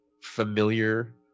familiar